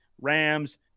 Rams